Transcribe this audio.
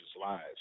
lives